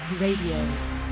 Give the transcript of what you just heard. RADIO